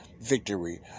victory